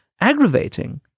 aggravating